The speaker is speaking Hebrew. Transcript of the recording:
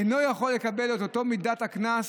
לא יכולים לקבל את אותה מידת הקנס